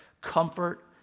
comfort